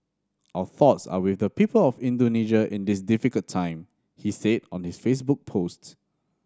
our thoughts are with the people of Indonesia in this difficult time he said on his Facebook post